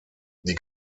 die